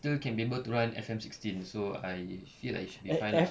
still can be able to run F_M sixteen so I feel like it should be fine ah